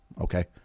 okay